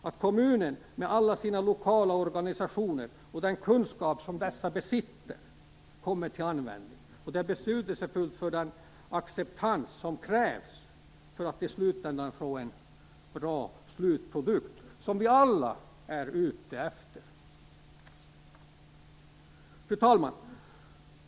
Att kommunen med alla sina lokala organisationer och den kunskap som dessa besitter kommer till användning är betydelsefullt för den acceptans som krävs för att i slutändan få en bra produkt, vilket vi alla är ute efter. Fru talman!